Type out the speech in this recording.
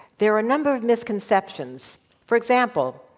there are a number of misconceptions. for example,